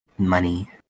Money